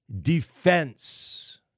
defense